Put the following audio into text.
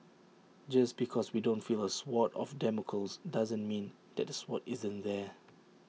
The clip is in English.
just because we don't feel A sword of Damocles doesn't mean that the sword isn't there